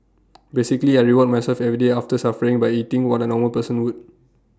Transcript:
basically I reward myself every day after suffering by eating what A normal person would